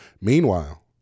Meanwhile